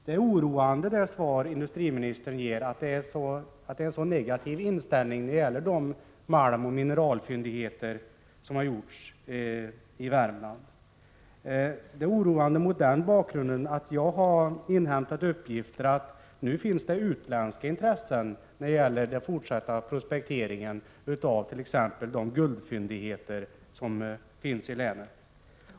Det är oroande att det svar industriministern ger visar en så negativ inställning när det gäller de malmoch mineralfyndigheter som har gjorts i Värmland. Det är oroande mot den bakgrunden att jag har inhämtat uppgifter om att det nu finns utländska intressen för den fortsatta prospekteringen när det gäller t.ex. de guldfyndigheter som finns i länet.